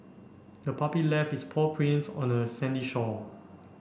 the puppy left its paw prints on the sandy shore